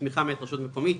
מתמיכה מאת רשות מקומית,